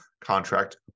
contract